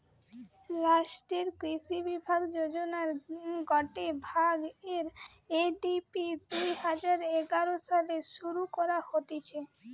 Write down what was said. রাষ্ট্রীয় কৃষি বিকাশ যোজনার গটে ভাগ, আর.এ.ডি.পি দুই হাজার এগারো সালে শুরু করা হতিছে